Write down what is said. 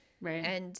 right